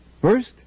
First